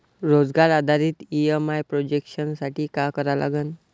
रोजगार आधारित EMI projection साठी का करा लागन?